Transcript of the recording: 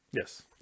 Yes